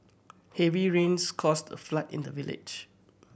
heavy rains caused a flood in the village